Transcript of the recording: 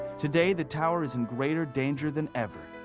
today the tower is in greater danger than ever.